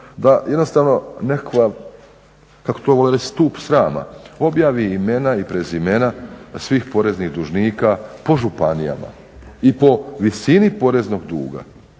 da jednostavno kako to vole reći stup srama, objavi imena i prezimena svih poreznih dužnika po županijama i po visini poreznog duga.